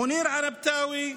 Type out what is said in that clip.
מוניר ענבתאוי,